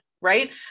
right